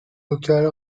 locale